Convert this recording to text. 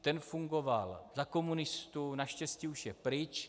Ten fungoval za komunistů, naštěstí už je pryč.